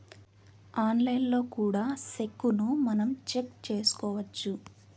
ఆన్లైన్లో కూడా సెక్కును మనం చెక్ చేసుకోవచ్చు